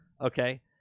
okay